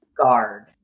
guard